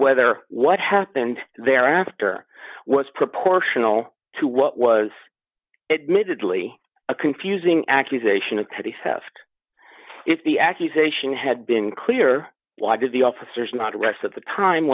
whether what happened thereafter was proportional to what was it mid lee a confusing accusation of petty theft if the accusation had been clearer why did the officers not rest of the time